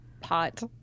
pot